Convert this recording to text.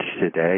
today